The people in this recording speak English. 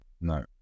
No